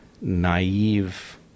naive